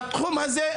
מהתחום הזה,